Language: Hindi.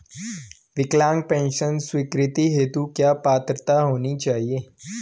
विकलांग पेंशन स्वीकृति हेतु क्या पात्रता होनी चाहिये?